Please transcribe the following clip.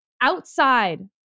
outside